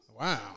Wow